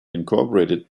incorporated